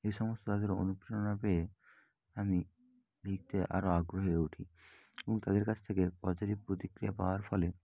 এই সমস্ত তাদের অনুপ্রেরণা পেয়ে আমি লিখতে আরও আগ্রহী হয়ে উঠি এবং তাদের কাছ থেকে পজিটিভ প্রতিক্রিয়া পাওয়ার ফলে